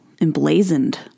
emblazoned